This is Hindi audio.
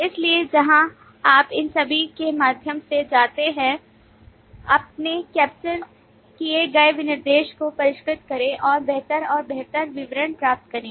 इसलिए जहां आप इन सभी के माध्यम से जाते हैं अपने capture किए गए विनिर्देश को परिष्कृत करें और बेहतर और बेहतर विवरण प्राप्त करें